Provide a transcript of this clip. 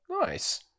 nice